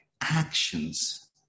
actions